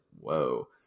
Whoa